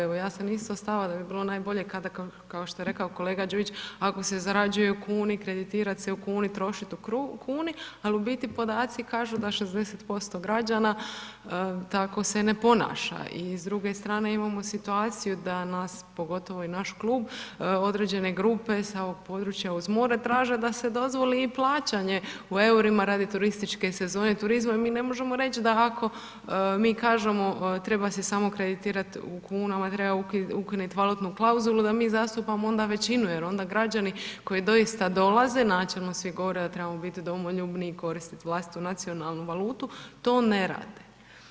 Evo, ja sam isto stava, da bi bilo najbolje, kao što je rekao kolega Đujić, ako se zarađuju kuni, kreditirati se u kuni, trošiti u kuni, ali u biti podaci kažu da 60% građana tako se ne ponaša i s druge strane imamo situaciju da nas, pogotovo i naš klub, određene grupe sa ovog područja, uz more, traže da se dozvoli i plaćanje u eurima radi turističke sezone i turizma i mi ne možemo reći, da ako mi kažemo treba se samo kreditirati u kunama, treba ukinuti valutnu klauzulu, da mi zastupamo većinu, jer onda građani koji doista dolaze, načelno svi govore da trebamo biti domoljubni i koristiti vlastitu nacionalnu valutu, to ne rade.